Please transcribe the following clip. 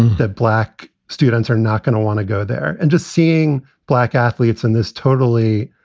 the black students are not going to want to go there. and just seeing black athletes in this totally,